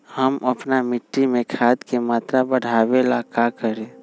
हम अपना मिट्टी में खाद के मात्रा बढ़ा वे ला का करी?